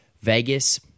Vegas